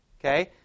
Okay